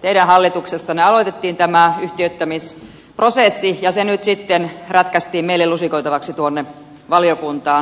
teidän hallituksessanne aloitettiin tämä yhtiöittämisprosessi ja se nyt sitten rätkäistiin meille lusikoitavaksi tuonne valiokuntaan